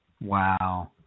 Wow